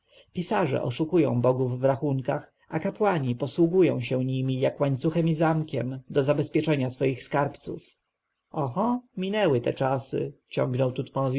pisarze oszukują bogów w rachunkach a kapłani posługują się nimi jak łańcuchem i zamkiem do zabezpieczenia swoich skarbów oho minęły te czasy ciągnął